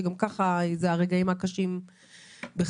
שגם ככה אלה הרגעים הקשים בחייהן.